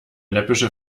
läppische